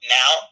now